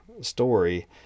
story